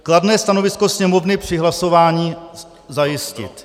, kladné stanovisko Sněmovny při hlasování zajistit.